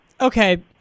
okay